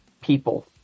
people